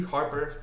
Harper